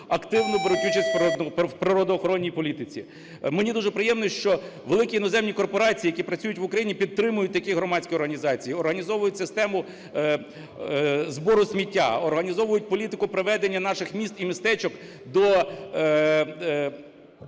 активно беруть участь в природоохоронній політиці. Мені дуже приємно, що великі іноземні корпорації, які працюють в Україні, підтримують такі громадські організації, організовують систему збору сміття, організовують політику приведення наших міст і містечок до